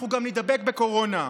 אנחנו גם נידבק בקורונה.